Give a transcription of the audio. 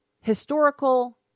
historical